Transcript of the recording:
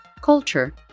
culture